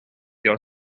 your